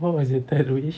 what was your third wish